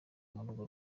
murugo